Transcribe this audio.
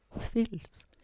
feels